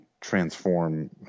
transform